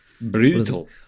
brutal